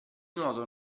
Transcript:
nuoto